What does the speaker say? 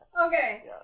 Okay